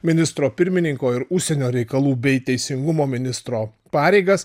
ministro pirmininko ir užsienio reikalų bei teisingumo ministro pareigas